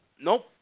Nope